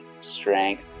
Strength